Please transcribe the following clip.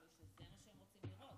שזה מה שהם רוצים לראות.